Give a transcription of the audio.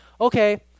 okay